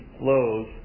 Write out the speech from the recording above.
flows